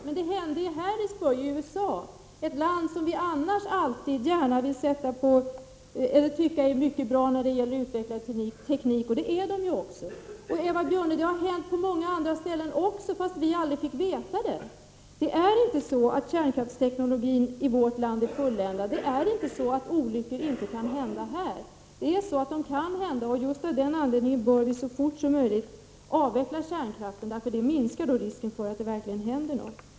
Men det hände i Harrisburg i USA, ett land som vi annars alltid gärna tycker är mycket bra när det gäller utvecklingen av teknik, och så är det ju också. Eva Björne, detta har hänt på många andra ställen också, fast vi aldrig fick veta det. De är inte så att kärnkraftsteknologin i vårt land är fulländad. Det är inte så att olyckor inte kan hända här. De kan visst inträffa här, och av just den anledningen bör vi så fort som möjligt avveckla kärnkraften. En avveckling minskar risken för att något verkligen skall hända.